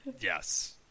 yes